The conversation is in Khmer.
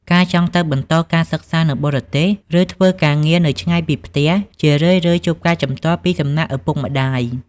ការចង់ទៅបន្តការសិក្សានៅបរទេស ឬធ្វើការងារនៅឆ្ងាយពីផ្ទះ ជារឿយៗជួបការជំទាស់ពីសំណាក់ឪពុកម្តាយ។